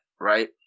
right